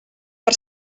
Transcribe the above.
per